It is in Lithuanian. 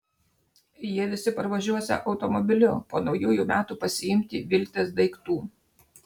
jie visi parvažiuosią automobiliu po naujųjų metų pasiimti viltės daiktų